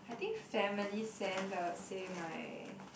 I think family sense I would say my